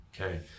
okay